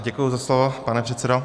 Děkuji za slovo, pane předsedo.